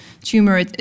tumor